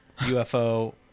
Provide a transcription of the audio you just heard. UFO